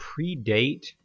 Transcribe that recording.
predate